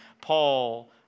Paul